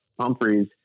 Humphrey's